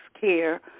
care